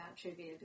trivia